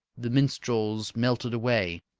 the minstrels melted away.